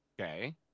Okay